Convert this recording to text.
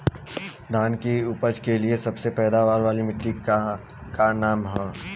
धान की उपज के लिए सबसे पैदावार वाली मिट्टी क का नाम ह?